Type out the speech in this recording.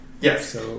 Yes